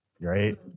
Right